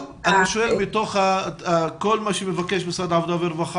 בתוך כל מה שמבקש משרד העבודה והרווחה